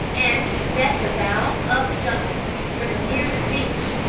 and he set the bow of the jungle queen for the nearest beach,